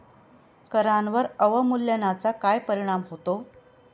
करांवर अवमूल्यनाचा काय परिणाम होतो?